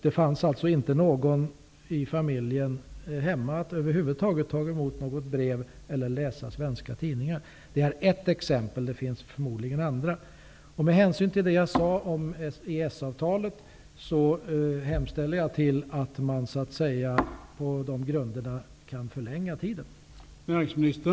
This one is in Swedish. Det fanns alltså inte någon i familjen hemma för att ta emot något brev eller läsa svenska tidningar. Det är ett exempel, men det finns förmodligen andra. Med hänsyn till det som jag sade om EES-avtalet hemställer jag att man på dessa grunder förlänger svarstiden.